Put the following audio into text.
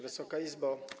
Wysoka Izbo!